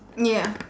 ya